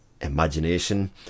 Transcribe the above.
imagination